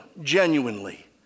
genuinely